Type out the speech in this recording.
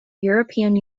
european